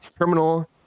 terminal